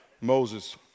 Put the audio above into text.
Moses